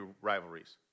rivalries